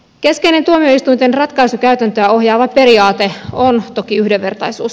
keskeinen tuomioistuinten ratkaisukäytäntöä ohjaava periaate on toki yhdenvertaisuus